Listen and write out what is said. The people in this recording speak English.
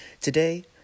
today